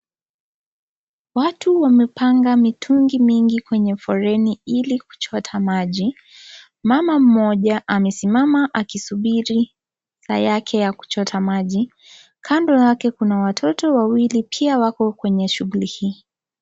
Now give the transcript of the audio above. Watu wamepanga mitungi mingi kwenye foleni ili kuchota maji. Mama mmoja amesimama akisubiri saa yake ya kuchota maji. Kando yake kuna watoto wawili pia wako kwenye shughuli hii.